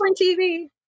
tv